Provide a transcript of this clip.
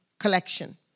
collection